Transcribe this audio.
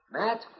Matt